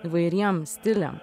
įvairiem stiliam